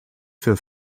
für